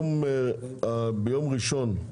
ביום ראשון.